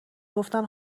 گفتن